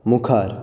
मुखार